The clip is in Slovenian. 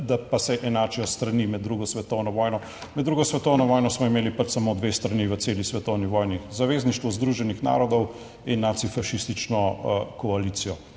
da pa se enačijo s strani med drugo svetovno vojno, med drugo svetovno vojno smo imeli pač samo dve strani v celi svetovni vojni, zavezništvo Združenih narodov in nacifašistično koalicijo,